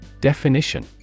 Definition